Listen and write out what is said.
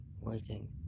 waiting